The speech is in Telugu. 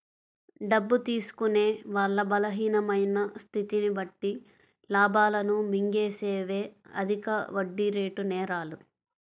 డబ్బు తీసుకునే వాళ్ళ బలహీనమైన స్థితిని బట్టి లాభాలను మింగేసేవే అధిక వడ్డీరేటు నేరాలు